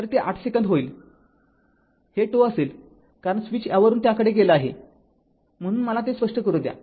तर ते ८ सेकंद होईल हे τ असेलकारण स्विच यावरून त्याकडे गेला आहे म्हणून मला ते स्पष्ट करू द्या